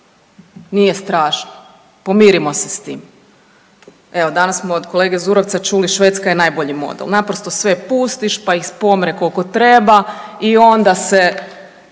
nije strašno, pomirimo se s tim. Evo danas smo od kolege Zurovca čuli Švedska je najbolji model, naprosto sve pustiš pa ih pomre koliko treba i onda se